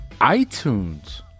iTunes